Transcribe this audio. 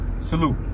Salute